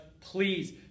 please